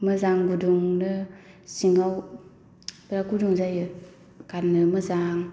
मोजां गुदुंनो सिङाव बिराथ गुदुं जायो गाननो मोजां